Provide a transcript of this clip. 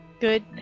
Good